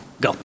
Go